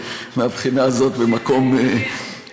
ומהבחינה הזאת אנחנו במקום טוב.